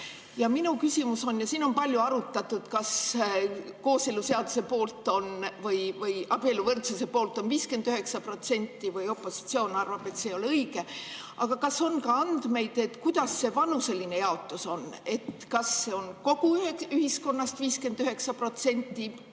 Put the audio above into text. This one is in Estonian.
Ja minu küsimus on selline. Siin on palju arutatud, kas kooseluseaduse poolt või abieluvõrdsuse poolt on ikka 59%. Opositsioon arvab, et see ei ole õige. Aga kas on ka andmeid, kuidas see vanuseline jaotus on? Kas see on kogu ühiskonnast 59%